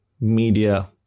media